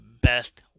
Best